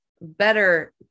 better